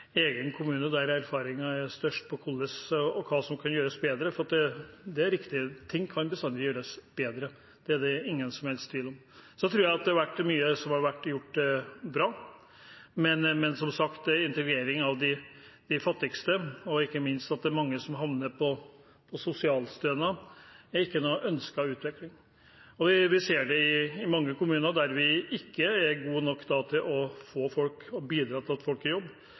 egen kommune der erfaringen er størst når det gjelder hva som kan gjøres bedre, og hvordan. Det er riktig at ting bestandig kan gjøres bedre; det er det ingen som helst tvil om. Jeg tror at det er mye som er blitt gjort bra, men når det gjelder integrering av de fattigste, og ikke minst det at mange havner på sosialstønad, er ikke utviklingen som ønsket. Vi ser det i mange kommuner der vi ikke er gode nok til å bidra til å få folk